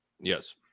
Yes